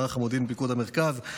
מערך המודיעין בפיקוד המרכז,